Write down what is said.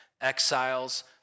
exiles